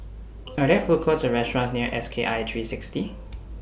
Are There Food Courts Or restaurants near S K I three sixty